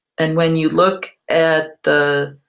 and when you look at the